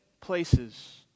places